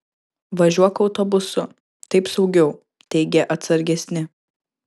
važiuok autobusu taip saugiau teigė atsargesni